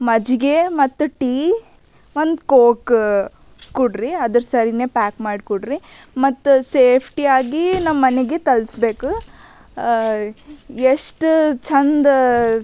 ಮಜ್ಜಿಗೆ ಮತ್ತು ಟೀ ಒಂದು ಕೋಕ ಕೊಡಿರಿ ಅದರ ಸರಿನೇ ಪ್ಯಾಕ್ ಮಾಡಿ ಕೊಡಿರಿ ಮತ್ತು ಸೇಫ್ಟಿಯಾಗಿ ನಮ್ಮನಿಗೆ ತಲುಪಿಸ್ಬೇಕು ಎಷ್ಟು ಚಂದ